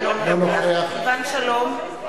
אינו נוכח סילבן שלום,